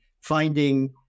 finding